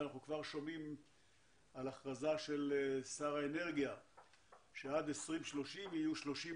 אנחנו כבר שומעים על הכרזה של שר האנרגיה שעד 2030 30%